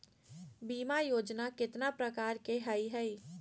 बीमा योजना केतना प्रकार के हई हई?